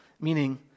meaning